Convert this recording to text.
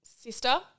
Sister